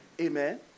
Amen